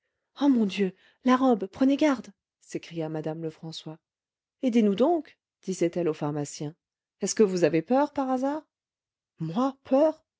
ah mon dieu la robe prenez garde s'écria madame lefrançois aidez-nous donc disait-elle au pharmacien est-ce que vous avez peur par hasard moi peur